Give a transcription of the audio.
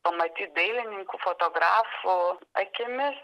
pamatyt dailininkų fotografų akimis